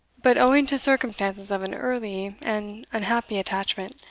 but owing to circumstances of an early and unhappy attachment.